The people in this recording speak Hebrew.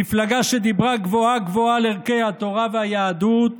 מפלגה שדיברה גבוהה-גבוהה על ערכי התורה והיהדות,